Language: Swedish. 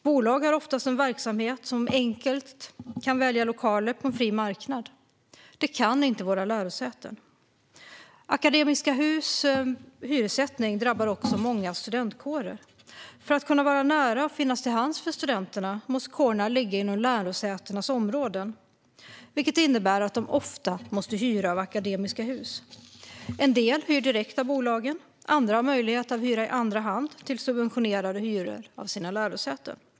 Bolag har oftast en verksamhet som enkelt kan välja lokaler på en fri marknad. Det kan inte våra lärosäten. Akademiska Hus hyressättning drabbar också många studentkårer. För att kunna vara nära och finnas till hands för studenterna måste kårerna ligga inom lärosätenas områden, vilket innebär att de ofta måste hyra av Akademiska Hus. En del hyr direkt av bolaget. Andra har möjlighet att hyra i andra hand och få subventionerade hyror av sina lärosäten.